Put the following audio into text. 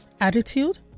attitude